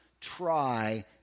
try